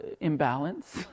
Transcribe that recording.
imbalance